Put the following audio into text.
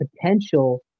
potential